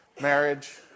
Marriage